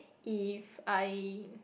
if I